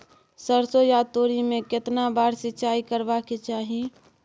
सरसो या तोरी में केतना बार सिंचाई करबा के चाही?